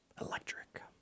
electric